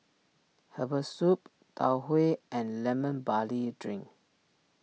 Herbal Soup Tau Huay and Lemon Barley Drink